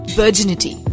virginity